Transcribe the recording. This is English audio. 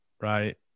right